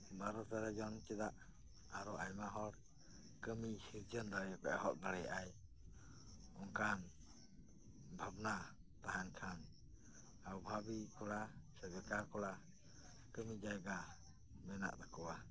ᱵᱟᱨᱚ ᱛᱮᱨᱚ ᱡᱚᱱ ᱪᱮᱫᱟᱜ ᱟᱨᱚ ᱟᱭᱢᱟ ᱦᱚᱲ ᱠᱟᱢᱤ ᱥᱤᱨᱡᱚᱱ ᱫᱟᱲᱮ ᱮᱦᱚᱵ ᱫᱟᱲᱮ ᱟᱭ ᱚᱝᱠᱟᱱ ᱵᱷᱟᱵᱽᱱᱟ ᱛᱟᱦᱮᱸᱱ ᱠᱷᱟᱱ ᱟᱵᱷᱟᱵᱤ ᱠᱚᱲᱟ ᱥᱮ ᱵᱮᱠᱟᱨ ᱠᱚᱲᱟ ᱠᱟᱢᱤ ᱡᱟᱭᱜᱟ ᱢᱮᱱᱟᱜ ᱛᱟᱠᱚᱣᱟ